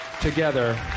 together